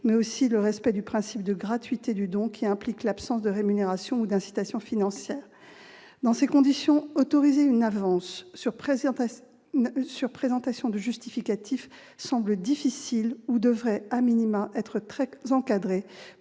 mais aussi le respect du principe de gratuité du don, qui implique l'absence de rémunération ou d'incitation financière. Dans ces conditions, autoriser une avance sur présentation de justificatifs semble difficile. Elle devrait,, être très